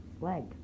leg